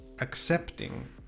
accepting